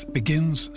begins